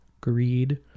greed